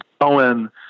Owen